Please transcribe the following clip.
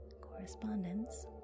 Correspondence